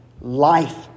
life